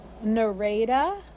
Nareda